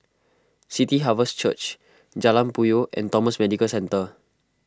City Harvest Church Jalan Puyoh and Thomson Medical Centre